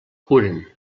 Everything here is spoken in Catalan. curen